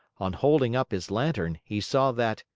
on holding up his lantern, he saw that,